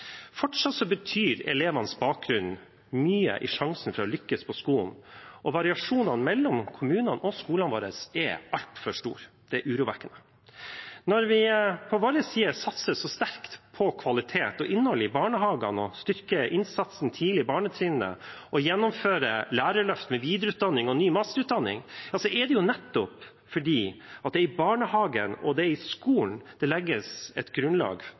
Fortsatt betyr elevenes bakgrunn mye for sjansene til å lykkes på skolen, og variasjonene mellom kommunene og skolene våre er altfor stor. Det er urovekkende. Når vi på vår side satser så sterkt på kvalitet og innhold i barnehagene, styrker innsatsen tidlig på barnetrinnet og gjennomfører et lærerløft med videreutdanning og ny masterutdanning, er det nettopp fordi det er i barnehagen og i skolen at det legges et grunnlag